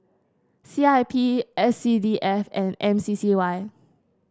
C I P S C D F and M C C Y